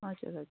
हजुर हजुर